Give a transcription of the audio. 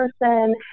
person